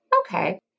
Okay